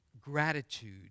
gratitude